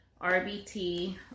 RBT